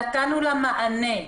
נתנו לה מענה,